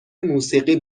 موسیقی